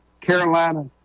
Carolina